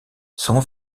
sont